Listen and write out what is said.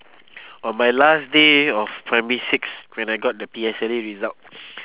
on my last day of primary six when I got the P_S_L_E result